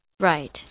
Right